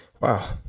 Wow